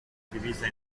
divisa